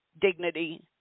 dignity